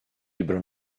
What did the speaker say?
libro